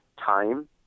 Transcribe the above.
time